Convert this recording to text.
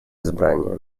избранием